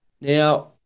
Now